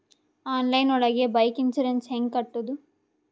Online ಒಳಗೆ bike insurance ಹ್ಯಾಂಗ್ ಕಟ್ಟುದು?